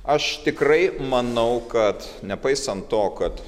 aš tikrai manau kad nepaisant to kad